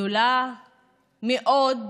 מאוד,